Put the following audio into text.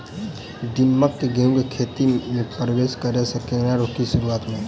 दीमक केँ गेंहूँ केँ खेती मे परवेश करै सँ केना रोकि शुरुआत में?